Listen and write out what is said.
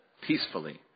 Peacefully